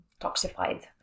toxified